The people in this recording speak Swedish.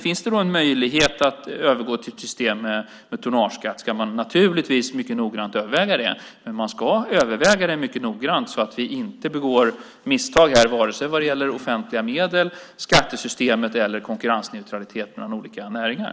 Finns det då en möjlighet att övergå till ett system med tonnageskatt ska man naturligtvis mycket noggrant överväga det. Men man ska överväga det mycket noggrant så att vi inte begår misstag här, vare sig det gäller offentliga medel, skattesystemet eller konkurrensneutraliteten mellan olika näringar.